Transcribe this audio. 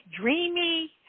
dreamy